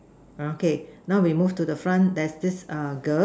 okay now we move to the front there's this uh girl